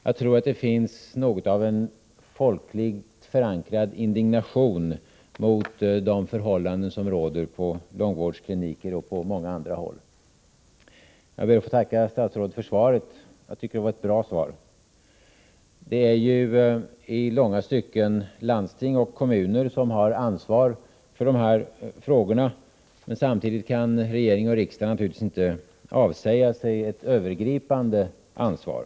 Jag tror att det finns något av en folkligt förankrad indignation mot de förhållanden som råder på långvårdskliniker och på många andra håll. Jag ber att få tacka statsrådet för svaret. Jag tycker att det var ett bra svar. Det är ju i långa stycken landsting och kommuner som har ansvaret för dessa frågor, men samtidigt kan regeringen och riksdagen naturligtvis inte avsäga sig ett övergripande ansvar.